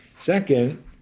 Second